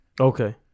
Okay